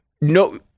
no